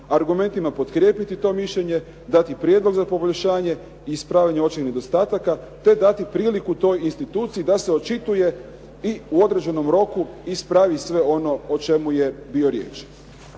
argumentima potkrijepiti to mišljenje, dati prijedlog za poboljšanje i ispravljanje …/Govornik se ne razumije./… nedostataka te dati priliku toj instituciji da se očituje i u određenom roku ispravi sve ono o čemu je bilo riječi.